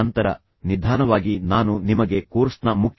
ನಿನ್ನೆ ಸಂಘರ್ಷ ಪರಿಹಾರಕ್ಕಾಗಿ ನಾನು ನಿಮಗೆ ಎರಡು ಉದಾಹರಣೆಗಳನ್ನು ನೀಡಿದ್ದೇನೆ